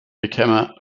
became